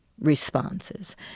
responses